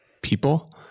people